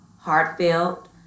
heartfelt